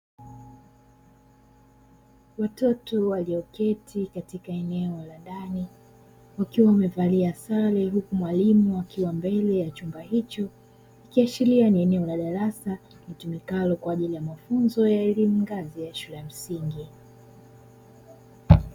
Watoto walioketi katika eneo la ndani, wakiwa wamevalia sare huku mwalimu akiwa mbele ya chumba hicho, ikiashiria ni eneo la darasa litumikalo kwa ajili ya mafunzo ya elimu ngazi ya shule ya msingi.